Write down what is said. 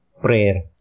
Prayer